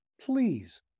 Please